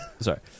Sorry